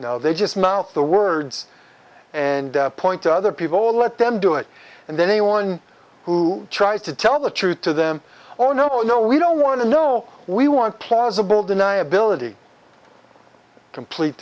they just mouth the words and point to other people or let them do it and then anyone who tries to tell the truth to them oh no no we don't want to know we want plausible deniability complete